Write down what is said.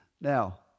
Now